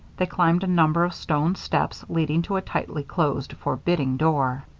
they climbed a number of stone steps leading to a tightly closed, forbidding door.